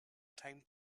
time